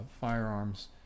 firearms